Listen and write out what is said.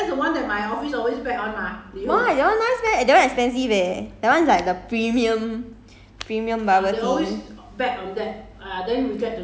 watermelon why that one nice meh eh that one expensive leh that one is like the premium